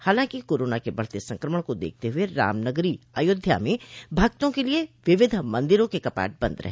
हालांकि कोरोना के बढ़ते संक्रमण को देखते हुए रामनगरी अयोध्या में भक्तों के लिये विभिन्न मंदिरों के कपाट बंद रहे